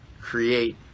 create